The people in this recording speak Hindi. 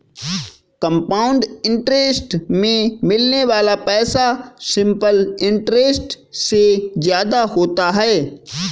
कंपाउंड इंटरेस्ट में मिलने वाला पैसा सिंपल इंटरेस्ट से ज्यादा होता है